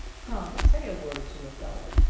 come say a word to a fellow.